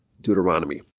Deuteronomy